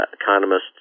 economist